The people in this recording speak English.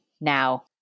now